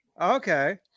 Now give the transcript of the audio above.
Okay